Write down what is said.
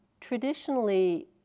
Traditionally